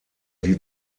die